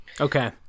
okay